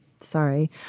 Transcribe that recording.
sorry